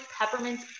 peppermint